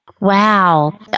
Wow